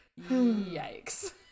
yikes